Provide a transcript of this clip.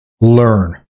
Learn